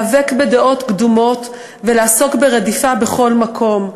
להיאבק בדעות קדומות וברדיפה בכל מקום.